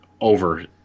over